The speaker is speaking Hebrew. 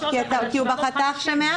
הוא לא